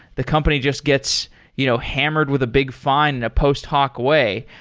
the company just gets you know hammered with a big fine in a post hoc way.